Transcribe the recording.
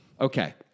Okay